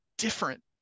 different